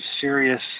serious